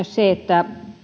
se että